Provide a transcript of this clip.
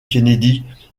kennedy